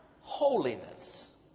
holiness